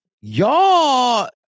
y'all